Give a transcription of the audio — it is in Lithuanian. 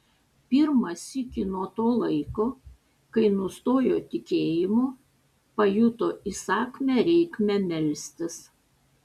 pirmą sykį nuo to laiko kai nustojo tikėjimo pajuto įsakmią reikmę melstis